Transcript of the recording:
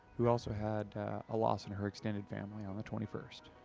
who also had a loss in her extended family on the twenty first.